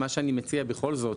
מה שאני מציע בכל זאת,